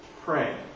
Pray